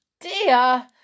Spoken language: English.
dear